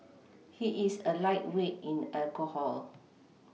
he is a lightweight in alcohol